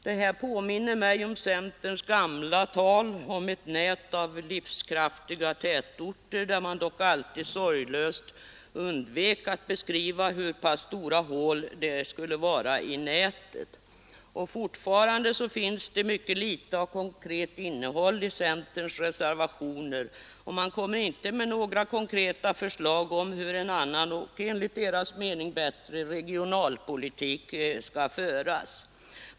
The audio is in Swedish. Detta påminner mig om centerns gamla tal om ett nät av livskraftiga tätorter, där man dock alltid sorglöst undvek att beskriva hur pass stora hål det skulle vara i nätet. Fortfarande finns det mycket litet av konkret innehåll i centerns reservationer, och man framlägger inte några konkreta förslag till hur en annan och enligt centerpartiets mening bättre regionalpolitik skall föras.